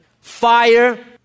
Fire